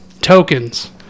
tokens